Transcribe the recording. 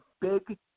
big